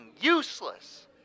useless